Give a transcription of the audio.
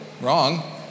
wrong